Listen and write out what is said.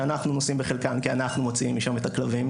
שאנחנו נושאים בחלקן כי אנחנו מוציאים משם את הכלבים,